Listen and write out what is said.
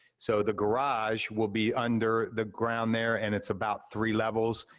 so, the garage will be under the ground there, and it's about three levels,